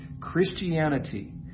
Christianity